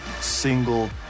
single